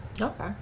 Okay